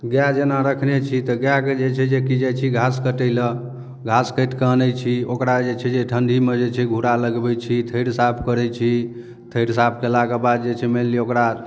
गाए जेना रखने छी तऽ गायके जे छै जे की जाइ छी घास कटै लऽ घास काटिकऽ आनै छी ओकरा जे छै जे ठण्डीमे जे छै घुरा लगबै छी थैर साफ करै छी थैर साफ कयलाके बाद जे छै मानि लिअ ओकरा